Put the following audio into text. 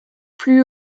plus